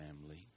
family